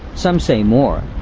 some say more,